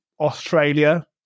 Australia